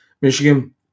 Michigan